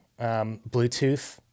Bluetooth